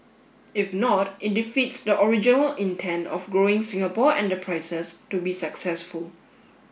if not it defeats the original intent of growing Singapore enterprises to be successful